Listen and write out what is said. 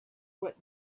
what